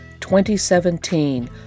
2017